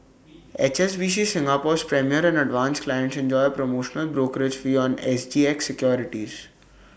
H S B C Singapore's premier and advance clients enjoy A promotional brokerage fee on S G X securities